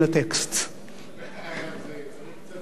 אבל צריך קצת שכל ישר פה.